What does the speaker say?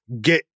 get